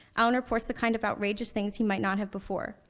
allen reports the kind of outrageous things he might not have before,